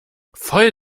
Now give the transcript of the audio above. voll